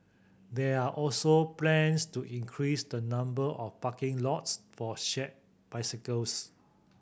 there are also plans to increase the number of parking lots for shared bicycles